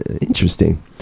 Interesting